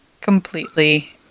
completely